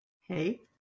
Hey